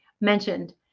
mentioned